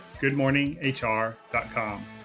goodmorninghr.com